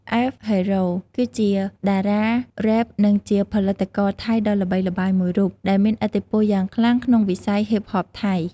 F.HERO គឺជាតារារ៉េប និងជាផលិតករថៃដ៏ល្បីល្បាញមួយរូប ដែលមានឥទ្ធិពលយ៉ាងខ្លាំងក្នុងវិស័យហ៊ីបហបថៃ។